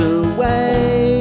away